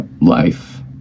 life